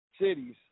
cities